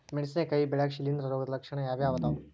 ಮೆಣಸಿನಕಾಯಿ ಬೆಳ್ಯಾಗ್ ಶಿಲೇಂಧ್ರ ರೋಗದ ಲಕ್ಷಣ ಯಾವ್ಯಾವ್ ಅದಾವ್?